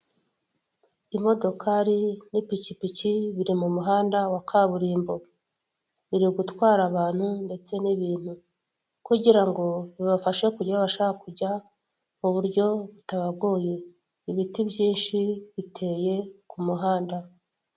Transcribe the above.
Imodokari n'ipikipiki biri mu muhanda wa kaburimbo, biri gutwara abantu ndetse n'ibintu kugira ngo bibafashe kugera aho bashaka kujya mu buryo butabagoye, ibiti byinshi biteye mu muhanda.